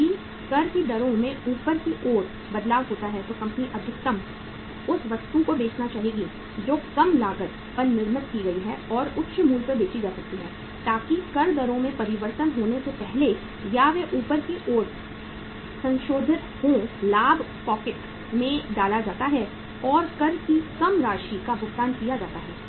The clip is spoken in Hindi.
यदि कर की दरों में ऊपर की ओर बदलाव होता है तो कंपनी अधिकतम उस वस्तु को बेचना चाहेगी जो कम लागत पर निर्मित की गई है और उच्च मूल्य पर बेची जा सकती है ताकि कर दरों में परिवर्तन होने से पहले या वे ऊपर की ओर संशोधित हों लाभ पॉकेट में डाला जाता है और कर की कम राशि का भुगतान किया जाता है